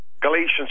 Galatians